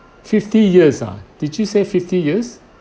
fifty years ah did you say fifty years